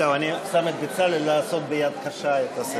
אני שם את בצלאל לעשות ביד קשה את הסדר.